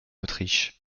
autriche